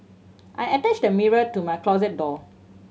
I attached the mirror to my closet door